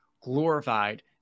glorified